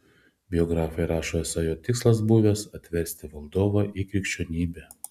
biografai rašo esą jo tikslas buvęs atversti valdovą į krikščionybę